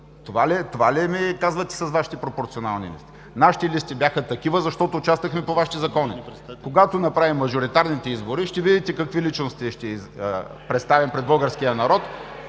Това ли ми казвате с Вашите пропорционални листи?! Нашите листи бяха такива, защото участвахме по Вашите закони. Когато направим мажоритарните избори, ще видите какви личности ще представим пред българския народ!